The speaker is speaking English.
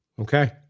Okay